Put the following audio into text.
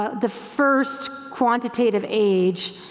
ah the first quantitative age,